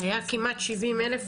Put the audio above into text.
היה כמעט 70 אלף,